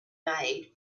made